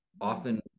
often